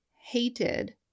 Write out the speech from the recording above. hated